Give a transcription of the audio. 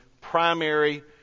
primary